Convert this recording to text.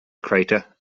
crater